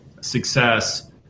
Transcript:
success